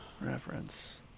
Reference